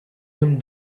him